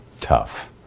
tough